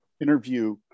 interview